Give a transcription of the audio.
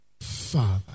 father